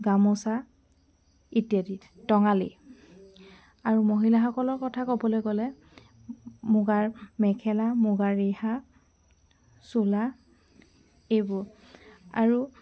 গামোচা ইত্যাদিত টঙালি আৰু মহিলাসকলৰ কথা ক'বলৈ গলে মুগাৰ মেখেলা মুগাৰ ৰিহা চোলা এইবোৰ আৰু